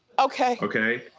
okay? okay,